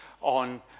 on